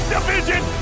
Division